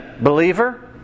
Believer